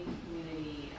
community